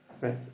Right